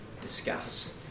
Discuss